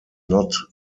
not